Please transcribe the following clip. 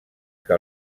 que